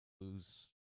lose